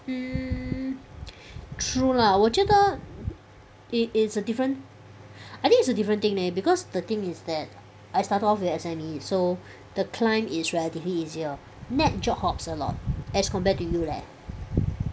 mm true lah 我觉得 it is a different I think it's a different thing leh because the thing is that I started off with S_M_E so the climb is relatively easier Nat job hops a lot as compared to you leh